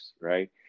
right